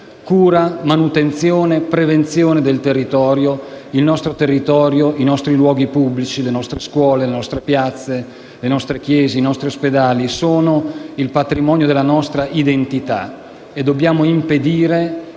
cura, manutenzione, prevenzione per il territorio e per i nostri luoghi pubblici. Le nostre scuole, le nostre piazze, le nostre chiese, i nostri ospedali sono il patrimonio della nostra identità: dobbiamo impedire